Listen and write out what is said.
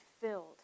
filled